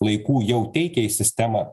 laikų jau teikia į sistemą